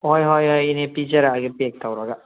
ꯍꯣꯏ ꯍꯣꯏ ꯍꯣꯏ ꯏꯅꯦ ꯄꯤꯖꯔꯛꯑꯒꯦ ꯄꯦꯛ ꯇꯧꯔꯒ